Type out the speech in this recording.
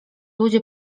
ludzie